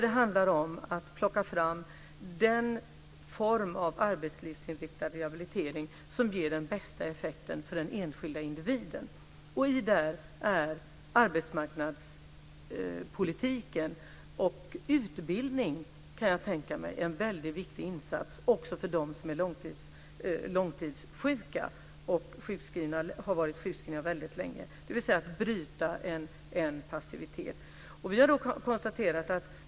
Det handlar om att plocka fram den form av arbetslivsinriktad rehabilitering som ger bästa effekten för den enskilda individen. Där är arbetsmarknadspolitiken och även utbildning, kan jag tänka mig, en väldigt viktig insats också för dem som är långtidssjuka, som varit sjukskrivna väldigt länge. Det gäller alltså att bryta en passivitet.